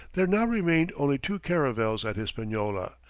there now remained only two caravels at hispaniola,